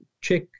check